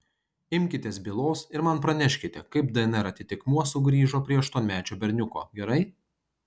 imkitės bylos ir man praneškite kaip dnr atitikmuo sugrįžo prie aštuonmečio berniuko gerai